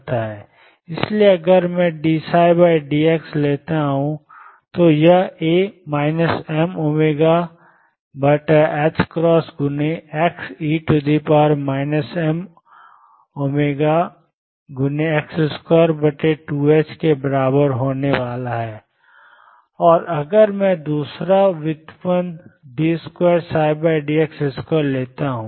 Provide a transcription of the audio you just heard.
इसलिए अगर मैं dψdx लेता हूं तो यह A mωxe mω2ℏx2 के बराबर होने वाला है और अगर मैं अब दूसरा व्युत्पन्न d2dx2 लेता हूं